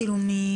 בעצם